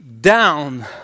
down